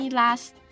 last